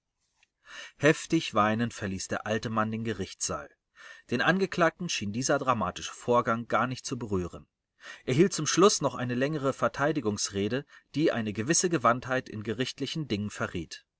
heftig weinend verließ der alte mann den gerichtssaal den angeklagten schien dieser dramatische vorgang gar nicht zu berühren er hielt zum schluß noch eine längere verteidigungsrede die eine gewisse gewandtheit in gerichtlichen dingen verriet